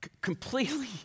completely